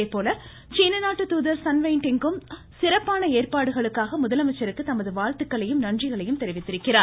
அதேபோல் சீன நாட்டு தூதர் சன்வெய்டங் கும் சிறப்பான ஏற்பாடுகளுக்காக முதலமைச்சருக்கு தமது வாழ்த்துக்களையும் நன்றிகளையும் தெரிவித்திருக்கிறார்